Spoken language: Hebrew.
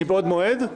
מבעוד מועד?